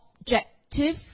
objective